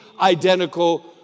identical